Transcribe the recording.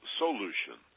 solution